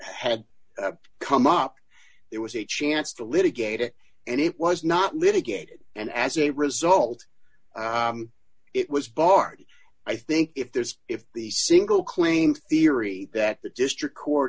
had come up there was a chance to litigate it and it was not litigated and as a result it was barred i think if there's if the single claim theory that the district court